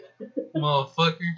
motherfucker